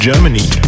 Germany